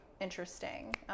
interesting